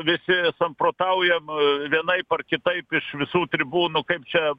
visi samprotaujam vienaip ar kitaip iš visų tribūnų kaip čia